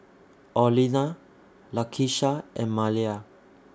Orlena Lakeisha and Maleah